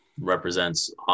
represents